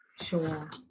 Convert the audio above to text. Sure